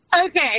Okay